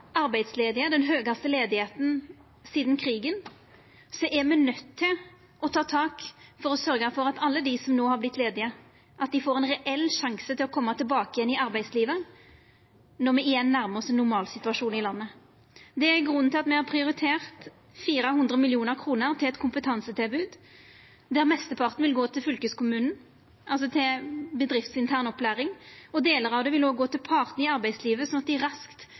arbeidsledige, den høgaste arbeidsløysa sidan krigen, er me nøydde til å ta tak for å sørgja for at alle dei som no har vorte ledige, får ein reell sjanse til å koma tilbake til arbeidslivet når me igjen nærmar oss ein normalsituasjon i landet. Det er grunnen til at me har prioritert 400 mill. kr til eit kompetansetilbod, der mesteparten vil gå til fylkeskommunane, altså til bedriftsintern opplæring. Delar av det vil òg gå til partane i arbeidslivet, slik at dei raskt